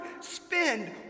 spend